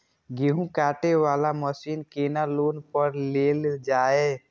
गेहूँ काटे वाला मशीन केना लोन पर लेल जाय?